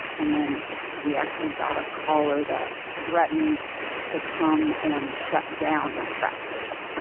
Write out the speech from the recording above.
and then we actually got a caller that threatened to come and shut down my practice